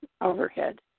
overhead